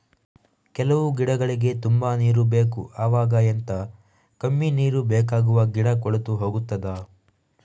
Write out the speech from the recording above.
ಕೆಲವು ಗಿಡಗಳಿಗೆ ತುಂಬಾ ನೀರು ಬೇಕು ಅವಾಗ ಎಂತ, ಕಮ್ಮಿ ನೀರು ಬೇಕಾಗುವ ಗಿಡ ಕೊಳೆತು ಹೋಗುತ್ತದಾ?